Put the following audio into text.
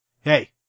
Hey